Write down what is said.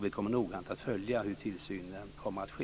Vi kommer noggrant att följa hur tillsynen kommer att ske.